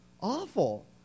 awful